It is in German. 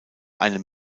einem